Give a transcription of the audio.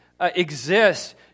exist